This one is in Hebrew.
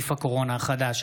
נגיף הקורונה החדש),